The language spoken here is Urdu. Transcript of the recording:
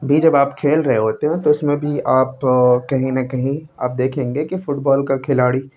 بھی جب آپ کھیل رہے ہوتے ہیں تو اس میں بھی آپ کہیں نہ کہیں آپ دیکھیں گے کہ فٹ بال کا کھلاڑی